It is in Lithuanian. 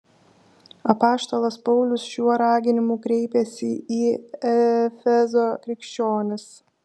apaštalas paulius šiuo raginimu kreipiasi į efezo krikščionis